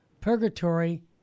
Purgatory